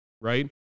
right